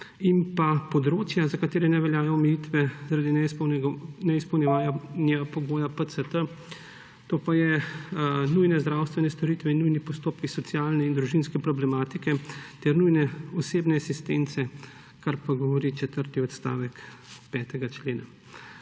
in pa področja, za katere ne veljajo omejitve zaradi neizpolnjevanja pogoja PCT, to pa so nujne zdravstvene storitve in nujni postopki socialne in družinske problematike ter nujne osebne asistence, kar pa govori četrti odstavek 5. člena.